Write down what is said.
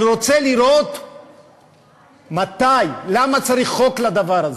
אני רוצה לראות מתי, למה צריך חוק לדבר הזה?